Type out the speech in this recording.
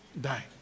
die